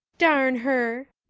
darn her,